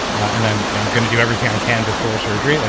and i'm yeah i'm going to do everything i can before surgery. like